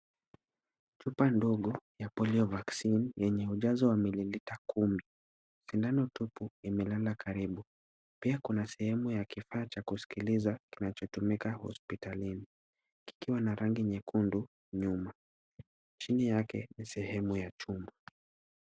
Chupa ndogo ya polio vaccine yenye ujazo wa milimita kumi. Sindano tupu imelala karibu . Pia kuna kifaa cha kusikiliza kinachotumika hospitalini kikiwa na rangi nyekundu nyuma . Chini yake ni sehemu ya tumbo.